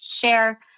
share